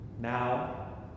Now